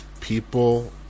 people